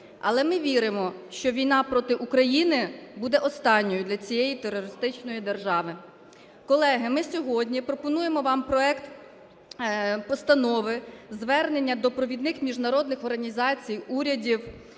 Але ми віримо, що війна проти України буде останньою для цієї терористичної держави. Колеги, ми сьогодні пропонуємо вам проект постанови, Звернення до провідних міжнародних організацій, урядів